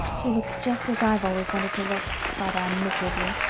she looks just as i've always wanted to look, thought anne miserably.